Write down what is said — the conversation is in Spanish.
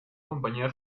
compañía